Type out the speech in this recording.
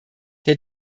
der